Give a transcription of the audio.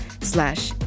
slash